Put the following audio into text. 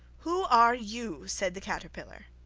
who are you said the caterpillar.